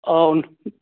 ꯑꯥꯎ